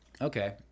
Okay